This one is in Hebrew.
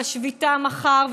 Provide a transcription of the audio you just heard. בשביתה מחר,